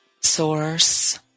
source